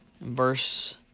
Verse